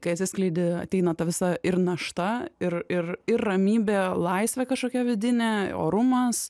kai atsiskleidi ateina ta visa ir našta ir ir ir ramybė laisvė kažkokia vidinė orumas